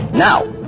now,